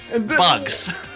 bugs